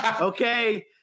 Okay